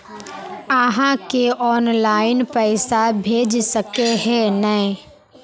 आहाँ के ऑनलाइन पैसा भेज सके है नय?